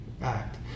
Act